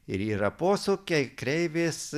ir yra posūkiai kreivės